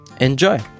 Enjoy